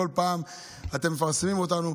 כל פעם אתם מפרסמים אותנו.